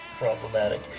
problematic